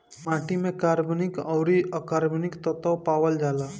माटी में कार्बनिक अउरी अकार्बनिक तत्व पावल जाला